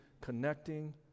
Connecting